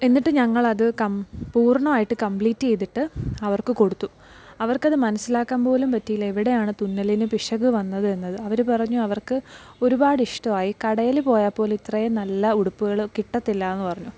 എന്നിട്ട് ഞങ്ങൾ അത് പൂർണായിട്ട് കമ്പ്ലീറ്റ് ചെയ്തിട്ട് അവർക്ക് കൊടുത്തു അവർക്ക് അത് മനസിലാക്കാൻ പോലും പറ്റിയില്ല എവിടെയാണ് തുന്നലിനു പിശക് വന്നത് എന്നത് അവർ പറഞ്ഞു അവർക്ക് ഒരുപാട് ഇഷ്ടമായി കടയിൽ പോയാൽ പോലും ഇത്രയും നല്ല ഉടുപ്പുകൾ കിട്ടത്തില്ലാ എന്ന് പറഞ്ഞു